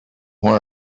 where